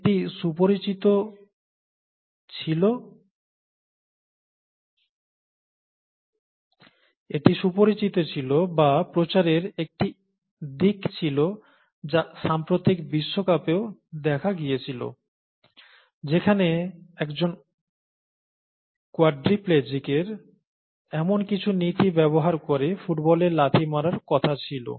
একটি সুপরিচিত ছিল বা প্রচারের একটি দিক ছিল যা সাম্প্রতিক বিশ্বকাপেও দেখা গিয়েছিল যেখানে একজন কোয়াড্রিপ্লেজিকের এমন কিছু নীতি ব্যবহার করে ফুটবলে লাথি মারার কথা ছিল